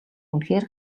үнэхээр